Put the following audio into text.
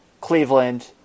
Cleveland